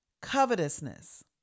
Covetousness